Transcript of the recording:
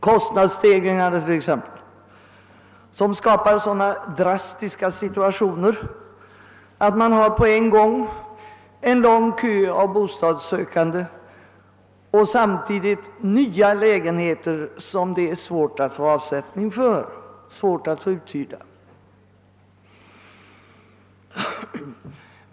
Kostnadsstegringarna skapar t.ex. sådana drastiska situationer att man på en gång har en lång kö av bostadssökande och nya lägenheter som det är svårt att få uthyrda.